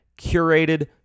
curated